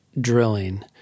drilling